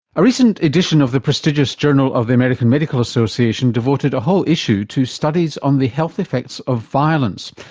a recent edition of the prestigious journal of the american medical association devoted a whole issue to studies on the health effects of violence.